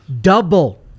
double